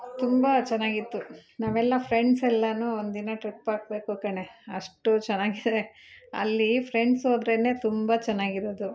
ತುಂಬ ಚೆನ್ನಾಗಿತ್ತು ನಾವೆಲ್ಲ ಫ್ರೆಂಡ್ಸ್ ಎಲ್ಲ ಒಂದಿನ ಟ್ರಿಪ್ ಹಾಕ್ಬೇಕು ಕಣೆ ಅಷ್ಟು ಚೆನ್ನಾಗಿದೆ ಅಲ್ಲಿ ಫ್ರೆಂಡ್ಸ್ ಹೋದ್ರೇನೇ ತುಂಬ ಚೆನ್ನಾಗಿರೋದು